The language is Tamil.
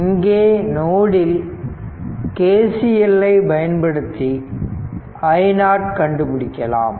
இங்கே நோடில் KCL ஐ பயன்படுத்தி i0 கண்டுபிடிக்கலாம்